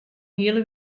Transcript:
hiele